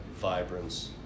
Vibrance